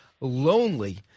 lonely –